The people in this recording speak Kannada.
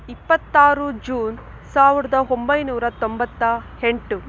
ಇಪ್ಪತ್ತಾರು ಜೂನ್ ಸಾವಿರದ ಒಂಬೈನೂರ ತೊಂಬತ್ತ ಎಂಟು